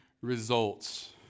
results